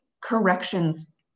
corrections